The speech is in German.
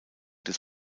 des